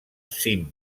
cim